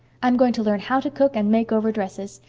i'm going to learn how to cook and make over dresses.